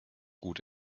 gut